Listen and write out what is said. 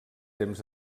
temps